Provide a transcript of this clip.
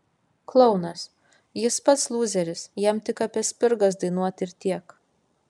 klounas jis pats lūzeris jam tik apie spirgas dainuot ir tiek